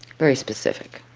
very specific.